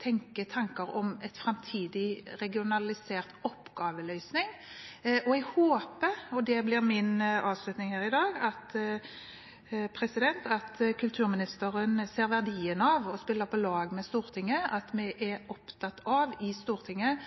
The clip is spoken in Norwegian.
tenker tanker om en framtidig regionalisert oppgaveløsning. Jeg håper – det blir min avslutning her i dag – at kulturministeren ser verdien av å spille på lag med Stortinget, og vi i Stortinget er opptatt av